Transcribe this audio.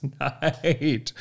night